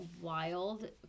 wild